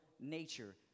nature